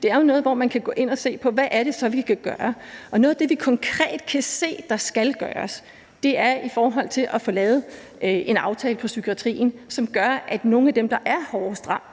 det er jo noget, hvor man kan gå ind at se på, hvad det så er, vi kan gøre. Og noget af det, vi konkret kan se der skal gøres, er at få lavet en aftale for psykiatrien, som gør, at nogle af dem, der er hårdest ramt